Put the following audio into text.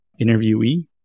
interviewee